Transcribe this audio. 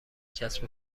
کسب